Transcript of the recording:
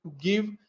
give